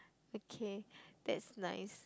okay that's nice